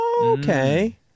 Okay